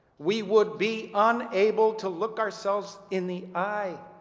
we would be unable to look ourselves in the eye.